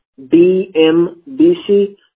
bmbc